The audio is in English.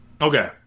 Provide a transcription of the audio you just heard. Okay